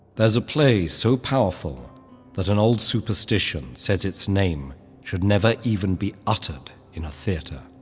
there's a play so powerful that an old superstition says its name should never even be uttered in a theater,